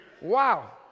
Wow